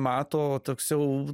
mato toks jau